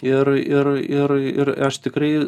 ir ir ir ir aš tikrai